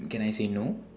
can I say no